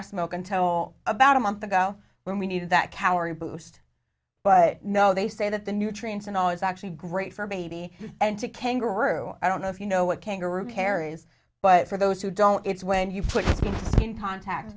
milk until about a month ago when we needed that cowrie boost but no they say that the nutrients and all is actually great for baby and to kangaroo i don't know if you know what kangaroo carries but for those who don't it's when you put in contact